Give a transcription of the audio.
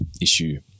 issue